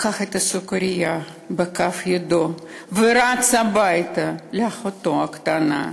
לקח את הסוכרייה בכף ידו ורץ הביתה לאחותו הקטנה.